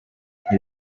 nti